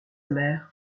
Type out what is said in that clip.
mère